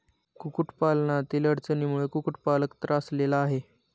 कुक्कुटपालनातील अडचणींमुळे कुक्कुटपालक त्रासलेला आहे